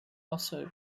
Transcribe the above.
also